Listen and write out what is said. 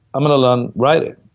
i'm gonna learn writing.